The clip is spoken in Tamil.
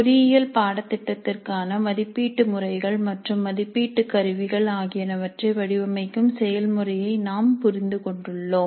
பொறி இயல் பாடத்திட்டத்திற்கான மதிப்பீட்டு முறைகள் மற்றும் மதிப்பீட்டு கருவிகள் ஆகியனவற்றை வடிவமைக்கும் செயல்முறையை நாம் புரிந்து கொண்டுள்ளோம்